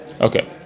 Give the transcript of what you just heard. Okay